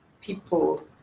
people